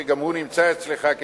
שגם הוא נמצא אצלך,